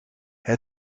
hij